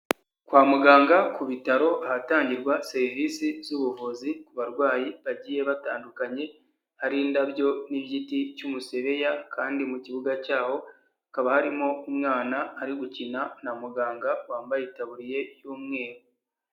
Kwa muganga ku bitaro ahatangirwa serivisi z'ubuvuzi ku barwayi bagiye batandukanye, hari indabyo n'igiti cy'umusebeya kandi mu kibuga cyaho hakaba harimo umwana ari gukina na muganga wambaye itabuririye y'umweru.